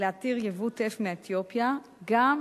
להתיר ייבוא טף מאתיופיה, או מדינה אחרת.